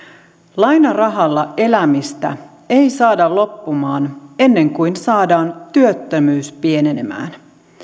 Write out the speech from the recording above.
lainarahalla elämistä ei saada loppumaan ennen kuin saadaan työttömyys pienenemään